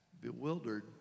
bewildered